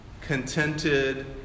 contented